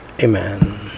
amen